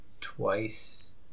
twice